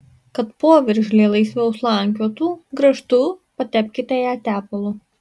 kad poveržlė laisviau slankiotų grąžtu patepkite ją tepalu